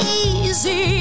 easy